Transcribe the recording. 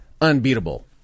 unbeatable